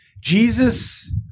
Jesus